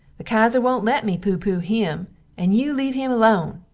the kaiser wont let me pooh-pooh him and you leave him alone!